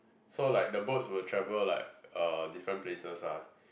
so like the boats will travel like uh different places lah